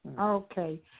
Okay